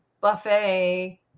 Buffet